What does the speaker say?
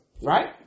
right